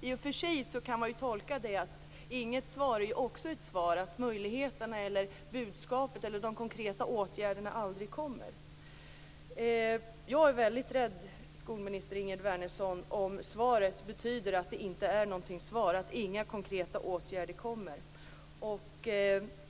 I och för sig kan man säga att inget svar också är ett svar: De konkreta åtgärderna kommer aldrig. Jag är väldigt rädd, skolminister Ingegerd Wärnersson, om svaret betyder att det inte kommer några konkreta åtgärder.